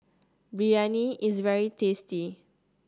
biryani is very tasty